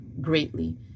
greatly